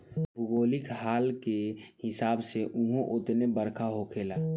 भौगोलिक हाल के हिसाब से उहो उतने बरखा होखेला